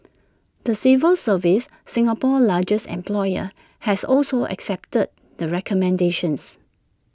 the civil service Singapore's largest employer has also accepted the recommendations